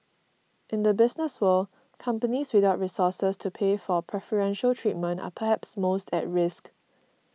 in the business world companies without resources to pay for preferential treatment are perhaps most at risk